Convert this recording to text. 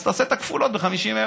אז תעשה את הכפולות ב-50,000.